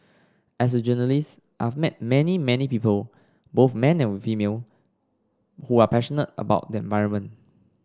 as a journalist I've met many many people both male and female who are passionate about the environment